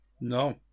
No